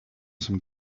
some